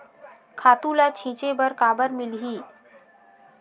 खातु ल छिंचे बर काबर मिलही?